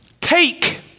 take